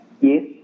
Yes